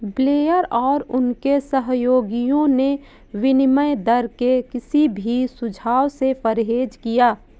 Blair और उनके सहयोगियों ने विनिमय दर के किसी भी सुझाव से परहेज किया